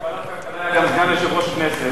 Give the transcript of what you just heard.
יושב-ראש ועדת הכלכלה היה גם סגן יושב ראש הכנסת.